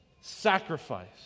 sacrifice